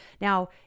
Now